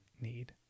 need